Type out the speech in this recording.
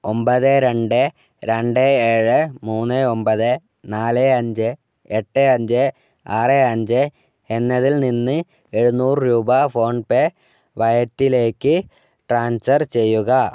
ഒൻപത് രണ്ട് രണ്ട് ഏഴ് മൂന്ന് ഒൻപത് നാല് അഞ്ച് എട്ട് അഞ്ച് ആറ് അഞ്ച് എന്നതിൽ നിന്ന് എഴുന്നൂറ് രൂപ ഫോൺ പേ വയറ്റിലേക്ക് ട്രാൻസർ ചെയ്യുക